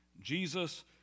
Jesus